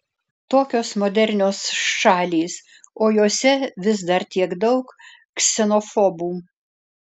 tokios modernios šalys o jose vis dar tiek daug ksenofobų